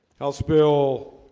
house bill